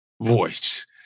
voice